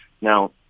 Now